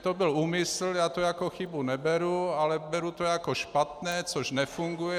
To byl úmysl, já to jako chybu to neberu, ale beru to jako špatné, co nefunguje.